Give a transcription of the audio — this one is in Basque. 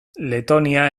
letonia